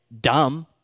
dumb